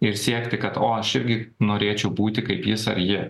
ir siekti kad o aš irgi norėčiau būti kaip jis ar ji